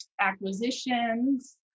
acquisitions